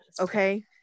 Okay